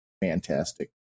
fantastic